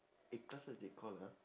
A class what they call ha